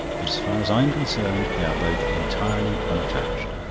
but as far as i'm concerned, they are both entirely unattached.